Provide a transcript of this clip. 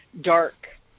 dark